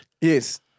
Yes